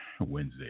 Wednesday